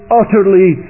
utterly